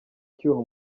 icyuho